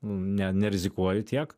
ne nerizikuoju tiek